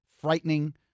frightening